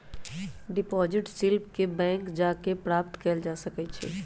deposit slip के bank जा कऽ प्राप्त कएल जा सकइ छइ